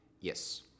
Yes